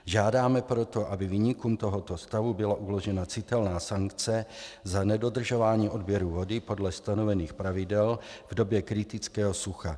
Žádáme proto, aby viníkům tohoto stavu byla uložena citelná sankce za nedodržování odběru vody podle stanovených pravidel v době kritického sucha.